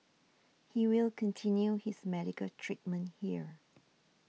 he will continue his medical treatment here